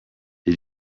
did